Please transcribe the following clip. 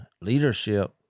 Leadership